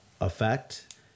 effect